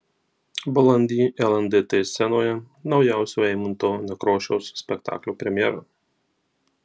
balandį lndt scenoje naujausio eimunto nekrošiaus spektaklio premjera